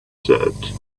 said